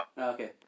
Okay